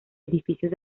edificios